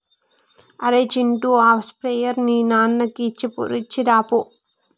అరేయ్ చింటూ ఆ స్ప్రేయర్ ని నాన్నకి ఇచ్చిరాపో